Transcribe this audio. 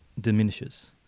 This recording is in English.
diminishes